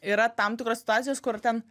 yra tam tikros situacijos kur ten